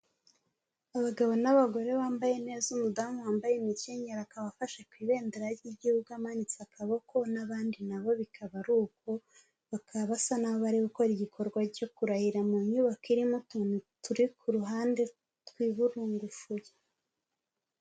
Abagabo n'abagore bambaye neza, umudamu wambaye imikinyero akaba afashe ku ibendera ry'igihugu amanitse akaboko n'abandi nabo bikaba ari uko, bakaba basa n'abari gukora igikorwa cyo kurahira mu nyubako irimo utuntu turi ku ruhande twiburungushuye.